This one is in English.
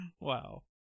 Wow